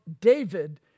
David